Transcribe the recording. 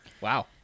Wow